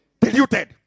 Diluted